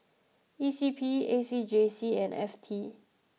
E C P A C J C and F T